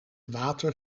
water